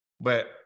But-